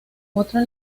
otra